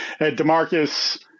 DeMarcus